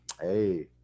hey